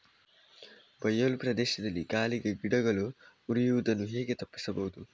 ಬಯಲು ಪ್ರದೇಶದಲ್ಲಿ ಗಾಳಿಗೆ ಗಿಡಗಳು ಮುರಿಯುದನ್ನು ಹೇಗೆ ತಪ್ಪಿಸಬಹುದು?